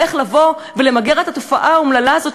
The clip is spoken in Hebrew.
איך לבוא ולמגר את התופעה האומללה הזאת